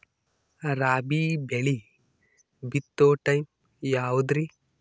ರಾಬಿ ಬೆಳಿ ಬಿತ್ತೋ ಟೈಮ್ ಯಾವದ್ರಿ?